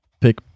pick